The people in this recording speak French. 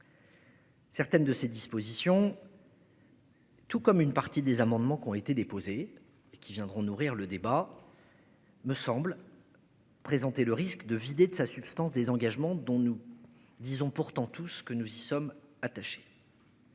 Certaines de ces dispositions. Tout comme une partie des amendements qui ont été déposés qui viendront nourrir le débat. Me semble. Présenté le risque de vider de sa substance désengagement dont nous disons pourtant tout ce que nous y sommes attachés.